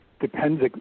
depends